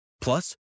Plus